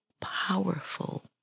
powerful